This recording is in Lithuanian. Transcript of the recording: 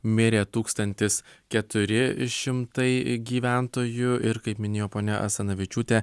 mirė tūkstantis keturi šimtai gyventojų ir kaip minėjo ponia asanavičiūtė